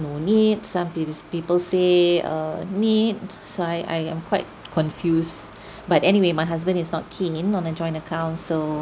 no need some peo~ people say err need so I I am quite confused but anyway my husband is not keen on a joint account so